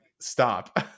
stop